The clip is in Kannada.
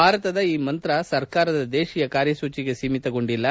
ಭಾರತದ ಈ ಮಂತ್ರ ಸರ್ಕಾರದ ದೇಶಿಯ ಕಾರ್ಯಸೂಚಿಗೆ ಸೀಮಿತಗೊಂಡಿಲ್ಲ